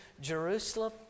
Jerusalem